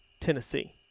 Tennessee